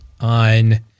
on